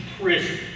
prison